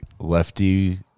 lefty